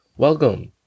welcome